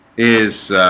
is